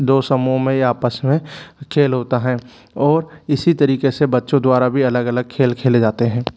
दो समूह में आपस में खेल होता है और इसी तरीके से बच्चों द्वारा भी अलग अलग खेल खेले जाते हैं